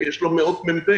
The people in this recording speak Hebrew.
כי יש לו מאות מ"פים.